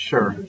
Sure